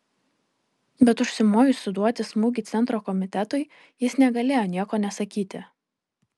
bet užsimojus suduoti smūgį centro komitetui jis negalėjo nieko nesakyti